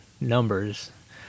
numbers